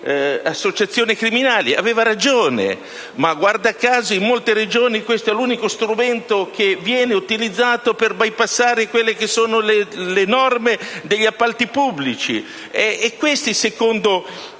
associazioni criminali. Aveva ragione: guarda caso, in molte regioni questo è l'unico strumento che viene utilizzato per bypassare le norme degli appalti pubblici. Questo, secondo il nostro